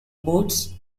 boots